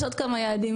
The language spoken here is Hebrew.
יש עוד כמה יעדים,